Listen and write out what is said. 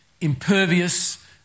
impervious